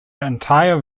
entire